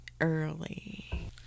early